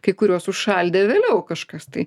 kai kuriuos užšaldė vėliau kažkas tai